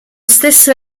stesso